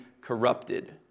corrupted